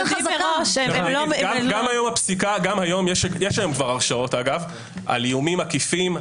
גם היום יש כבר הרשעות על איומים עקיפים,